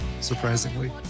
surprisingly